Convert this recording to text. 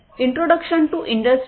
introduction to industry 4